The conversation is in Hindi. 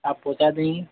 आप पहुँचा देंगी